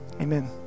Amen